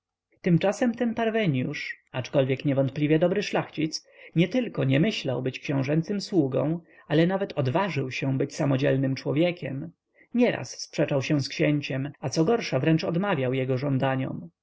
tymczasem ten parweniusz aczkolwiek niewątpliwie dobry szlachcic nietylko nie myślał być książęcym sługą ale nawet odważył się być samodzielnym człowiekiem nieraz sprzeczał się z księciem a cogorsza wręcz odmawiał jego żądaniom